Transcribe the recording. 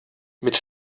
mit